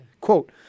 quote